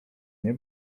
nie